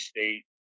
State